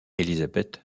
élisabeth